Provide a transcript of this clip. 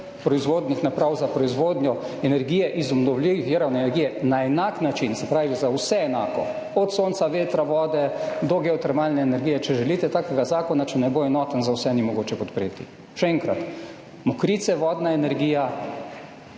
naprav za proizvodnjo energije iz obnovljivih virov energije na enak način, se pravi za vse enako, od sonca, vetra, vode do geotermalne energije, če želite, takega zakona, če ne bo enoten za vse, ni mogoče podpreti. Še enkrat, Mokrice, vodna energija,